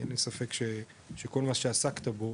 אין לי ספק שכל מה שעסקת בו